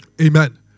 Amen